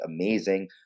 amazing